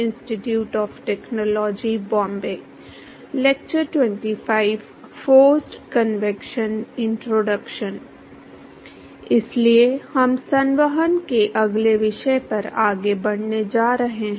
इसलिए हम संवहन के अगले विषय पर आगे बढ़ने जा रहे हैं